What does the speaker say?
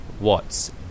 Watts